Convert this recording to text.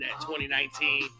2019